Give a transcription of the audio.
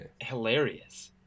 hilarious